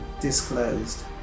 disclosed